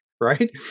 Right